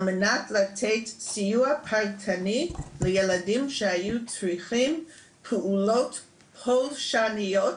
על מנת לתת סיוע פרטני לילדים שהיו צריכים פעולות פולשניות